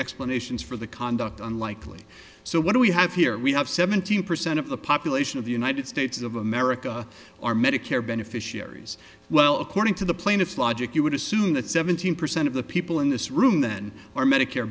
explanations for the conduct unlikely so what do we have here we have seventeen percent of the population of the united states of america are medicare beneficiaries well according to the plaintiff's logic you would assume that seventeen percent of the people in this room then are medicare